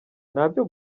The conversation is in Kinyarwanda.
ntabyo